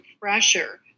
pressure